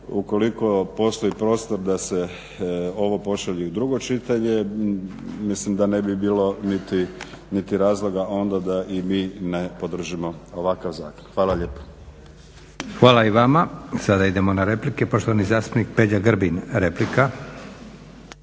ukoliko postoji prostor da se ovo pošalje u drugo čitanje mislim da ne bilo niti razloga onda da i mi ne podržimo ovakav zakon. Hvala lijepo. **Leko, Josip (SDP)** Hvala i vama. Sada idemo na replike. Poštovani zastupnik Peđa Grbin, replika.